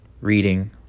reading